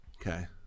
okay